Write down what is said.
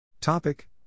Topic